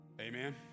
Amen